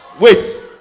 wait